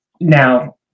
Now